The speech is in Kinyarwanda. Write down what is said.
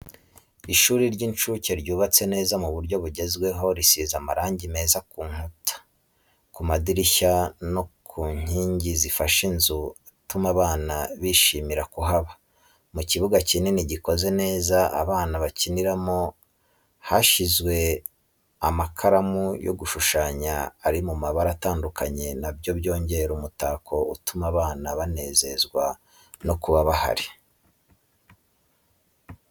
Ishuri ry'incuke ryubatse neza mu buryo bugezweho risize amarangi meza ku nkuta, ku madirishya no ku inkingi zifashe inzu atuma abana bishimira kuhaba, mu kibuga kinini gikoze neza, abana bakiniramo hashinze mo amakaramu yo gushushanya ari mu mabara atandukanye na byo byongera umutako utuma abana banezezwa no kuba bahari.